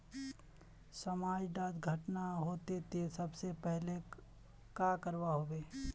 समाज डात घटना होते ते सबसे पहले का करवा होबे?